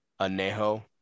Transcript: anejo